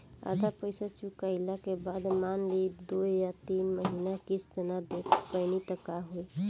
आधा पईसा चुकइला के बाद मान ली दो या तीन महिना किश्त ना दे पैनी त का होई?